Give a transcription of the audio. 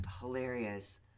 hilarious